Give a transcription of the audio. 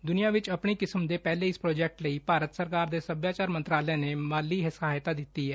ਦੁਨੀਆਂ ਵਿੱਚ ਆਪਣੀ ਕਿਸਮ ਦੇ ਪਹਿਲੇ ਇਸ ਪ੍ਰਾਜੈਕਟ ਲਈ ਭਾਰਤ ਸਰਕਾਰ ਦੇ ਸੱਭਿਆਚਾਰ ਮੰਤਰਾਲੇ ਨੇ ਮਾਲੀ ਸਹਾਇਤਾ ਦਿੱਤੀ ਏ